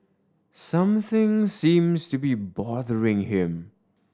something seems to be bothering him